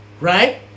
Right